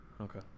Okay